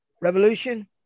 Revolution